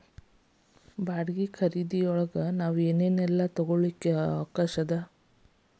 ಬಾಡ್ಗಿ ಖರಿದಿಯೊಳಗ್ ನಾವ್ ಏನ್ ಏನೇಲ್ಲಾ ತಗೊಳಿಕ್ಕೆ ಅವ್ಕಾಷದ?